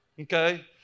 okay